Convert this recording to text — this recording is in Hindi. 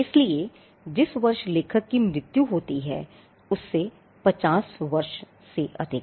इसलिए जिस वर्ष लेखक की मृत्यु होती है उससे 50 वर्ष से अधिक